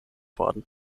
worden